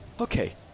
okay